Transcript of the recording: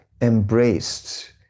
embraced